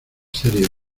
serie